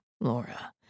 Laura